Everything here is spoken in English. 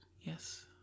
Yes